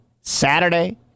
Saturday